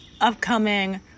upcoming